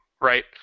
right